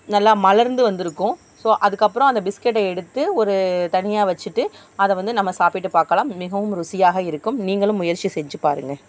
நல்லா மலர்ந்து வந்திருக்கும் ஸோ அதுக்கப்புறம் அந்த பிஸ்கெட்டை எடுத்து ஒரு தனியாக வச்சுட்டு அதை வந்து நம்ம சாப்பிட்டு பார்க்கலாம் மிகவும் ருசியாக இருக்கும் நீங்களும் முயற்சி செஞ்சுப் பாருங்கள்